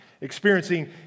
experiencing